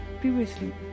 previously